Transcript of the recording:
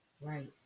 Right